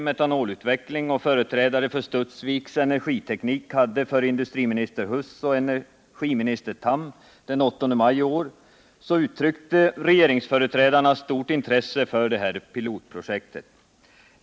Metanolutveckling och företrädare för Studsviks energiteknik hade för industriminister Huss och energiminister Tham den 8 maj i år uttryckte regeringsföreträdarna stort intresse för det här pilotprojektet.